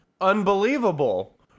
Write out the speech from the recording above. Unbelievable